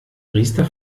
riester